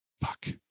Fuck